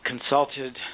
consulted